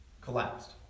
collapsed